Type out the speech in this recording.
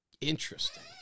Interesting